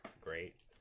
Great